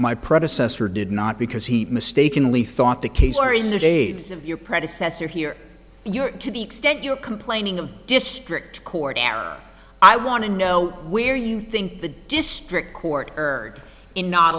my predecessor did not because he mistakenly thought the case or in the days of your predecessor here your to the extent you're complaining of district court i want to know where you think the district court heard in not